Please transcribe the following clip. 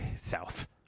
south